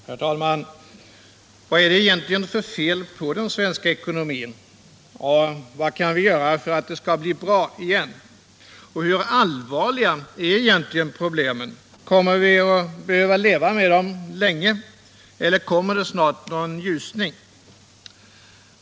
Herr talman! Vad är det egentligen för fel på den svenska ekonomin, och vad kan vi göra för att den skall bli bra igen? Hur allvarliga är egentligen problemen? Kommer vi att behöva leva med dem länge, eller kommer det snart någon ljusning?